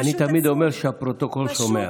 אני תמיד אומר שהפרוטוקול שומע.